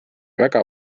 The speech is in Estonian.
väga